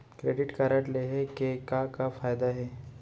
Credit card लेहे के का का फायदा हे?